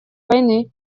войны